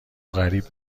غریب